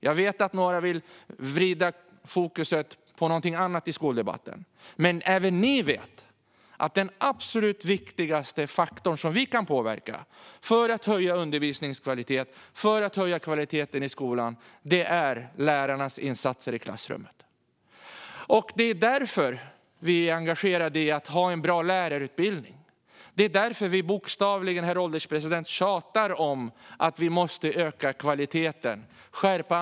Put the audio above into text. Jag vet att några vill vrida fokus mot någonting annat i skoldebatten, men även ni vet att den absolut viktigaste faktor som vi kan påverka för att höja undervisningskvaliteten och höja kvaliteten i skolan är lärarnas insatser i klassrummet. Det är därför vi är engagerade i att ha en bra lärarutbildning. Det är därför vi bokstavligen tjatar om att kvaliteten måste ökas, herr ålderspresident.